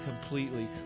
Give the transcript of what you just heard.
completely